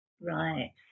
Right